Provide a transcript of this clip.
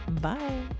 Bye